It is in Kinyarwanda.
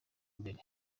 mbere